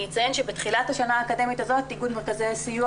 אני אציין שבתחילת השנה האקדמית הזאת איגוד מרכזי הסיוע